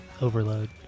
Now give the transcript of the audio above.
overload